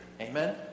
Amen